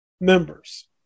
members